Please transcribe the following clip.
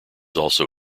also